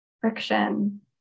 friction